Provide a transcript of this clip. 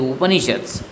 Upanishads